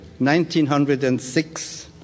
1906